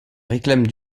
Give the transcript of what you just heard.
réclame